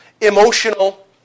emotional